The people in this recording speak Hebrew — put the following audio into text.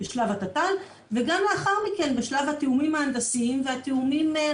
בשלב התת"ל וגם לאחר מכן בשלב התיאומים ההנדסיים והנוספים,